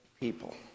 people